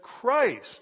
Christ